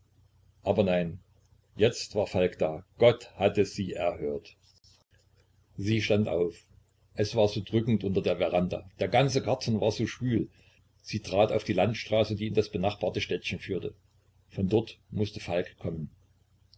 aber nein jetzt war falk ja da gott hatte sie erhört sie stand auf es war so drückend unter der veranda der ganze garten war so schwül sie trat auf die landstraße die in das benachbarte städtchen führte von dort mußte falk kommen